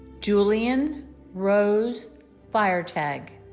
julienne rose feiertag